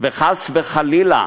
וחס וחלילה,